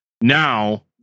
now